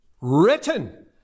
written